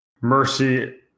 Mercy